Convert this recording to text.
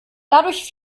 dadurch